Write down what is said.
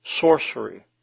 sorcery